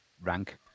rank